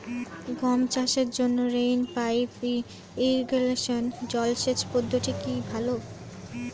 গম চাষের জন্য রেইন পাইপ ইরিগেশন জলসেচ পদ্ধতিটি কি ভালো?